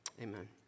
Amen